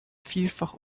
vielfach